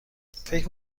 فکر